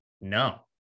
No